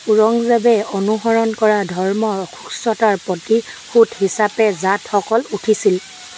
ঔৰংজেবে অনুসৰণ কৰা ধৰ্মৰ অসুস্থতাৰ প্ৰতিশোধ হিচাপে জাটসকল উঠিছিল